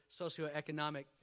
socioeconomic